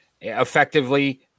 effectively